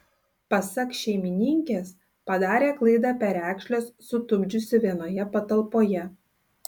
pasak šeimininkės padarė klaidą perekšles sutupdžiusi vienoje patalpoje